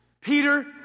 Peter